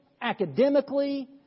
academically